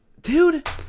dude